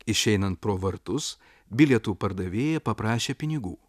išeinant pro vartus bilietų pardavėja paprašė pinigų